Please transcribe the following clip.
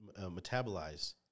metabolize